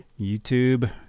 YouTube